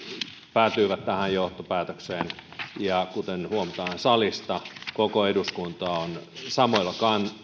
päätyivät tähän johtopäätökseen ja kuten huomataan salista koko eduskunta on samalla